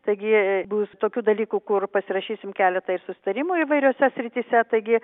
taigi bus tokių dalykų kur pasirašysim keletą ir susitarimų įvairiose srityse taigi